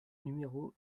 numéro